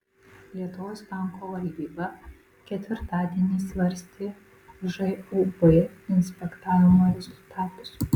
lietuvos banko valdyba ketvirtadienį svarstė žūb inspektavimo rezultatus